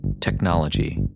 technology